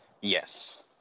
Yes